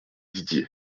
didier